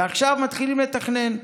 ועכשיו מתחילים לתכנן.